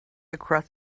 across